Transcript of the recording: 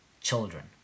children